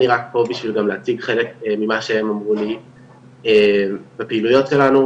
אני רק פה בשביל להציג חלק ממה שהם אמרו לי בפעילויות שלנו,